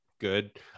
good